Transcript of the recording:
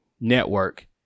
network